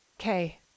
Okay